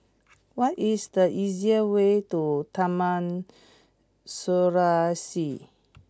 what is the easiest way to Taman Serasi